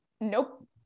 Nope